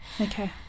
okay